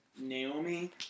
Naomi